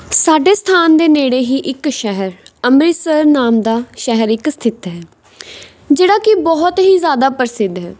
ਸਾਡੇ ਸਥਾਨ ਦੇ ਨੇੜੇ ਹੀ ਇੱਕ ਸ਼ਹਿਰ ਅੰਮ੍ਰਿਤਸਰ ਨਾਮ ਦਾ ਸ਼ਹਿਰ ਇੱਕ ਸਥਿਤ ਹੈ ਜਿਹੜਾ ਕਿ ਬਹੁਤ ਹੀ ਜ਼ਿਆਦਾ ਪ੍ਰਸਿੱਧ ਹੈ